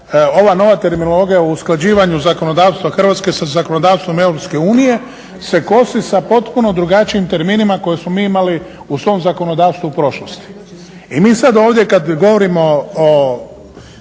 ova nova terminologija u usklađivanju zakonodavstva Hrvatske sa zakonodavstvom Europske unije se kosi sa potpuno drugačijim terminima koje smo mi imali u svom zakonodavstvu u prošlosti. I mi sad ovdje kad govorimo o